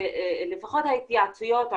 לפחות ההתייעצויות,